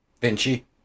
Vinci